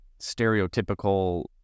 stereotypical